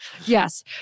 yes